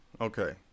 Okay